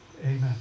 amen